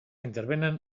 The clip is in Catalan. intervenen